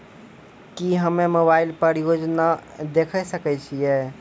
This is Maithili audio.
की हम्मे मोबाइल पर योजना देखय सकय छियै?